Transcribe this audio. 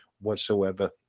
whatsoever